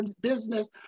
business